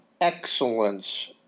excellence